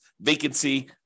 vacancy